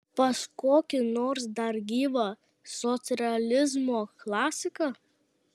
pas kokį nors dar gyvą socrealizmo klasiką